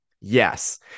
Yes